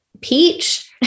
peach